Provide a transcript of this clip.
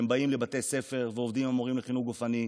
הם באים לבתי הספר ועובדים עם המורים לחינוך גופני,